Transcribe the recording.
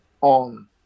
on